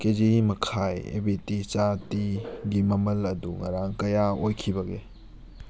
ꯀꯦꯖꯤ ꯃꯈꯥꯏ ꯑꯦꯚꯤꯇꯤ ꯆꯥ ꯇꯤ ꯒꯤ ꯃꯃꯜ ꯑꯗꯨ ꯉꯔꯥꯡ ꯀꯌꯥ ꯑꯣꯏꯈꯤꯕꯒꯦ